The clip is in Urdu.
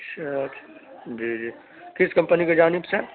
اچھا جی جی کس کمپنی کی جانب سے